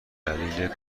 دلیل